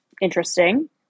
interesting